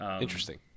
Interesting